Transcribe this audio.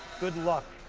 good luck.